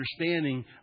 understanding